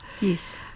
Yes